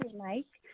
mike.